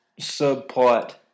subplot